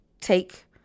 take